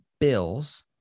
bills